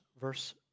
verse